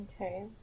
Okay